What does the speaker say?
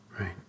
Right